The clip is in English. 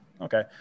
Okay